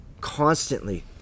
Constantly